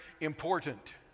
important